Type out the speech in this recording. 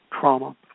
trauma